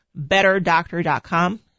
betterdoctor.com